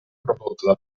prodotta